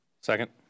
Second